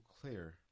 clear